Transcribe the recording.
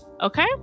Okay